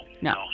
no